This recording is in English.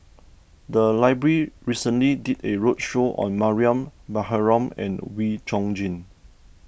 the library recently did a roadshow on Mariam Baharom and Wee Chong Jin